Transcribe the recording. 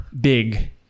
big